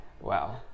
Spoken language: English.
wow